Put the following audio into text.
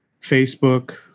facebook